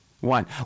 One